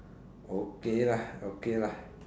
okay lah okay lah